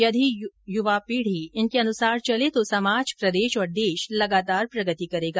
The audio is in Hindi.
यदि युवा पीढ़ी इनके अनुसार चले तो समाज प्रदेश और देश लगातार प्रगति करेगा